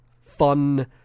fun